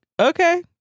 okay